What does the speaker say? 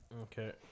Okay